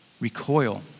recoil